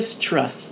distrust